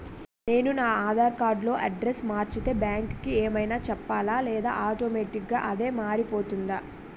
నేను నా ఆధార్ కార్డ్ లో అడ్రెస్స్ మార్చితే బ్యాంక్ కి ఏమైనా చెప్పాలా లేదా ఆటోమేటిక్గా అదే మారిపోతుందా?